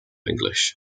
english